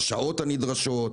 על השעות הנדרשות,